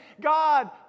God